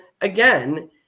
again